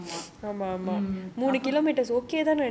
ஆமா:aama mm